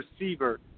receiver